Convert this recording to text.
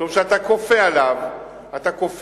משום שאתה כופה עליו לשלם,